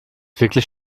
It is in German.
wirklich